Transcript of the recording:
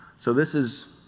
so this is